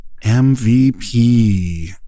MVP